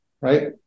right